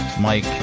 Mike